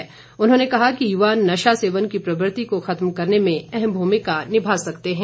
विक्रम ठाकुर ने कहा कि युवा नशा सेवन की प्रवृत्ति को खत्म करने में अहम भूमिका निभा सकते हैं